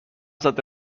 زده